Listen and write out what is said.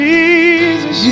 Jesus